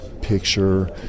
picture